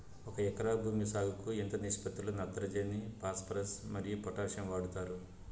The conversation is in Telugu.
ఒక ఎకరా భూమి సాగుకు ఎంత నిష్పత్తి లో నత్రజని ఫాస్పరస్ మరియు పొటాషియం వాడుతారు